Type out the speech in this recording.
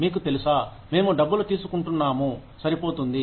మీకు తెలుసా మేము డబ్బులు తీసుకుంటున్నాము సరిపోతుంది